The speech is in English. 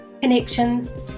connections